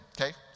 okay